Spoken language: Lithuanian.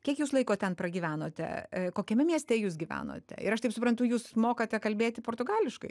kiek jūs laiko ten pragyvenote kokiame mieste jūs gyvenote ir aš taip suprantu jūs mokate kalbėti portugališkai